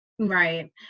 Right